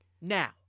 Now